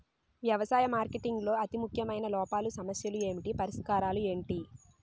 వ్యవసాయ మార్కెటింగ్ లో అతి ముఖ్యమైన లోపాలు సమస్యలు ఏమిటి పరిష్కారాలు ఏంటి?